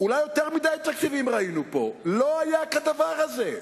אולי יותר מדי תקציבים ראינו פה, לא היה כדבר הזה.